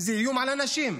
זה איום על אנשים.